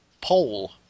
pole